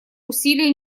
усилия